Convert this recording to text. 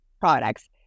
products